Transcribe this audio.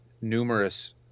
numerous